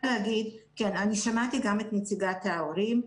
כן אני שמעתי גם את נציגת ההורים.